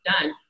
done